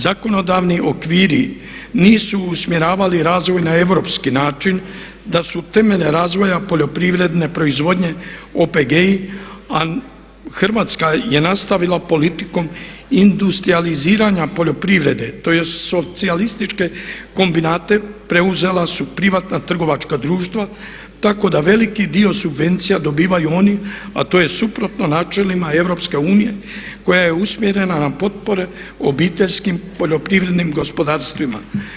Zakonodavni okviri nisu usmjeravali razvoj na europski način da su temelje razvoja poljoprivredne proizvodnje OPG-i a Hrvatska je nastavila politikom industrijaliziranja poljoprivrede, tj. Socijalističke kombinate preuzela su privatna trgovačka društva tako da veliki dio subvencija dobivaju oni a to je suprotno načelima EU koja je usmjerena na potpore obiteljskim poljoprivrednim gospodarstvima.